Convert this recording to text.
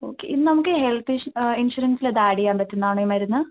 okay ഇന്ന് നമുക്ക് health issue ഇൻഷൂറൻസിൽ അതെ ആഡ് ചെയ്യാൻ പറ്റുന്നതാണോ ഈ മരുന്ന്